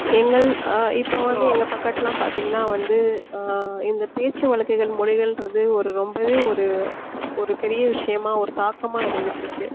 எங்கள் இப்போது வந்து எங்கள் பக்கமெலாம் பார்த்தீங்கன்னா வந்து இந்த பேச்சு வழக்குகள் மொழிகள்கிறது ஒரு ரொம்பவே ஒரு ஒரு பெரிய விஷயமா ஒரு தாக்கமாக இருந்துகிட்ருக்கு